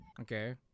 okay